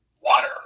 water